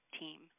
team